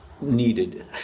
needed